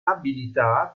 abilità